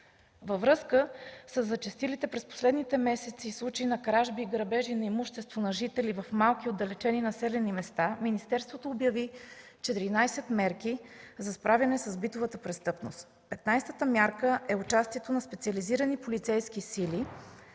Във връзка със зачестилите през последните месеци случаи на кражби и грабежи на имущество на жители в малки и отдалечени населени места министерството обяви 14 мерки за справяне с битовата престъпност. Петнадесетата мярка е участието на специализирани полицейски сили,